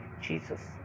Jesus